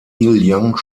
young